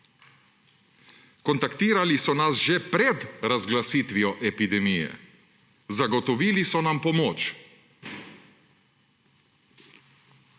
Kontaktirali so nas že pred razglasitvijo epidemije, zagotovili so nam pomoč.«